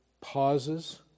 pauses